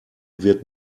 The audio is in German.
wird